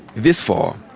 this fall,